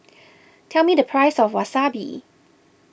tell me the price of Wasabi